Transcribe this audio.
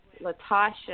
LaTasha